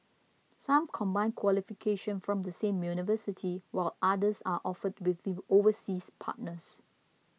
some combine qualification from the same university while others are offered with you overseas partners